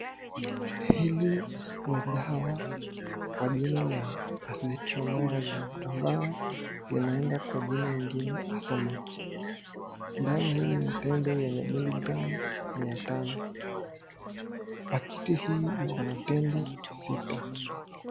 Hili ni dawa kwa jina la Azithromycin ambalo linaenda kwa jina ingine Azomax. Dawa hili ni tembe yenye milligram mia tano. Pakiti hii iko na tembe sita.